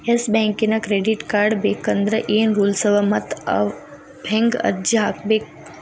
Yes ಬ್ಯಾಂಕಿನ್ credit card ಬೇಕಂದ್ರ ಏನ್ ರೂಲ್ಸವ ಮತ್ತ್ ಹೆಂಗ್ ಅರ್ಜಿ ಹಾಕ್ಬೇಕ?